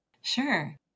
Sure